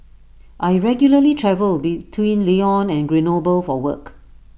I regularly travel between Lyon and Grenoble for work